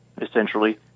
essentially